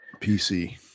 PC